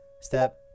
step